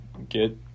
get